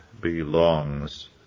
belongs